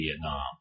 Vietnam